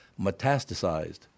Metastasized